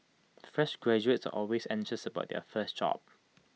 fresh graduates are always anxious about their first job